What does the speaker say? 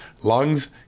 lungs